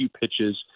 pitches